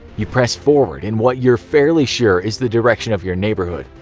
you press forward in what you're fairly sure is the direction of your neighborhood.